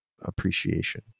appreciation